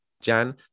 Jan